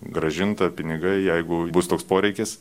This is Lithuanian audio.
grąžinta pinigai jeigu bus toks poreikis